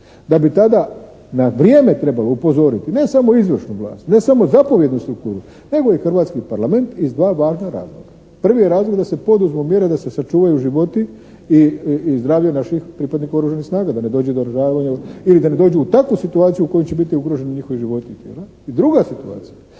da bi tada na vrijeme trebalo upozoriti ne samo izvršnu vlast, ne samo zapovjednu strukturu nego i Hrvatski parlament iz dva važna razloga. Prvi je razlog da se poduzmu mjere, da se sačuvaju životi i zdravlje naših pripadnika Oružanih snaga. Da ne dođe do … /Govornik se ne razumije./ ili da ne dođu u takvu situaciju u kojoj će biti ugroženi njihovi životi i djela. I druga situacija,